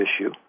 issue